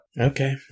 Okay